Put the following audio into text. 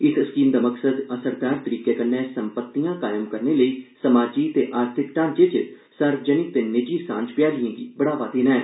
इस स्कीम दा मकसद असरदार तरीके कन्नै संपत्तियां कायम करने लेई समाजी ते आर्थिक ढांचे च सार्वजनिक ते निजी सांझ भ्यालिएं गी बढ़ावा देना ऐ